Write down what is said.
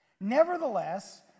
Nevertheless